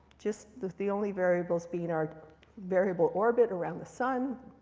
just the the only variables being our variable orbit around the sun,